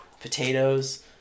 potatoes